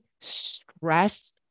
stress